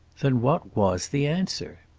then what was the answer?